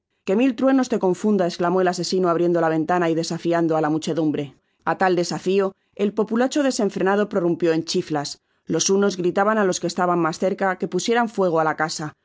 que mil inicuos te confunda esclamó el asesino abriendo la ventana y desafiando á la muchedumbre a tal desafio el populacho desenfrenado prorumpip en chiflas los unos gritaban á los que estaban mas cerca que pusieran fuego á la casa